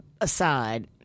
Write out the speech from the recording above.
aside